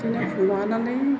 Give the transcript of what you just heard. बिदिनो माबानानै